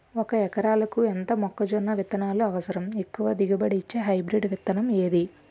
ఒక ఎకరాలకు ఎంత మొక్కజొన్న విత్తనాలు అవసరం? ఎక్కువ దిగుబడి ఇచ్చే హైబ్రిడ్ విత్తనం ఏది?